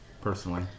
Personally